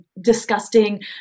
disgusting